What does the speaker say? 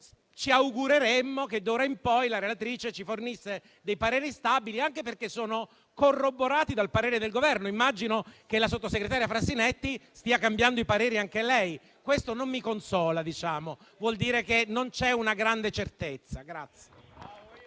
Ci augureremmo che d'ora in poi la relatrice ci fornisse dei pareri stabili, anche perché sono corroborati dal parere del Governo. Immagino che anche la sottosegretaria Frassinetti stia cambiando i pareri. Questo non mi consola, perché vuol dire che non c'è una grande certezza.